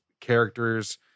characters